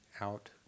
out